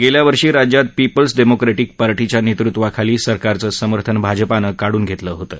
गेल्या वर्षी राज्यात पीपल्स डेमोक्रेटिक पार्टीच्या नेतृत्वाखाली सरकारचं समर्थन भाजपानं काढून घेतलं होतं